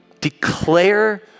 declare